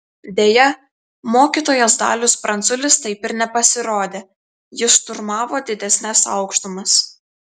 deja mokytojas dalius pranculis taip ir nepasirodė jis šturmavo didesnes aukštumas